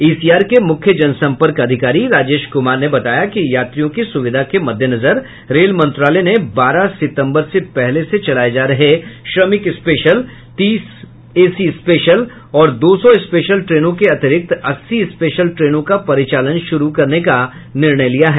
ECR के मुख्य जनसंपर्क अधिकारी राजेश कुमार ने बताया कि यात्रियों की सुविधा के मद्देनजर रेल मंत्रालय ने बारह सितंबर से पहले से चलाये जा रहे श्रमिक स्पेशल तीस एसी स्पेशल और दो सौ स्पेशल ट्रेनों के अतिरिक्त अस्सी स्पेशल ट्रेनों का परिचालन शुरू करने का निर्णय लिया है